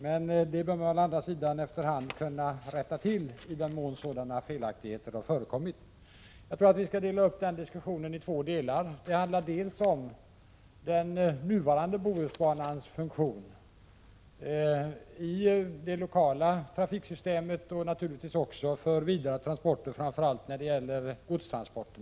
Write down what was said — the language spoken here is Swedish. Men i den mån sådana felaktigheter har förekommit bör man väl å andra sidan efter hand kunna rätta till dem. Jag tror att vi skall dela upp denna diskussion i två delar. Det handlar för det första om den nuvarande Bohusbanans funktion i det lokala trafiksystemet och naturligtvis också om dess funktion för vidare transport, framför allt godstransporter.